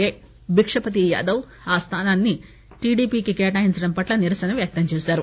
ఏ బిక్షపతి యాదవ్ ఆ స్థానాన్ని టిడిపికి కేటాయించడం పట్ల నిరసన వ్యక్తం చేశారు